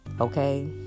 okay